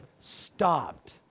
stopped